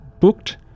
booked